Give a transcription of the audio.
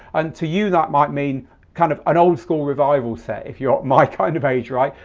and to you that might mean kind of an old-school revival set if you're my kind of age, right?